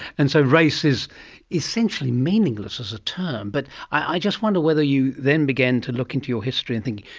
and so race is essentially meaningless as a term. but i just wonder whether you then began to look into your history and think,